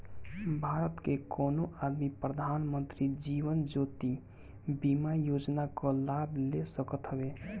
भारत के कवनो आदमी प्रधानमंत्री जीवन ज्योति बीमा योजना कअ लाभ ले सकत हवे